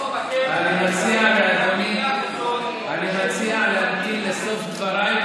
אני מציע לאדוני להמתין לסוף דבריי,